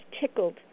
tickled